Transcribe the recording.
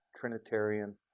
Trinitarian